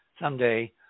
someday